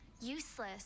useless